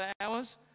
hours